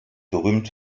berühmt